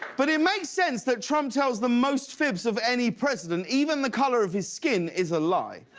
but it makes sense that trump tells the most fibs of any president, even the color of his skin is a lie.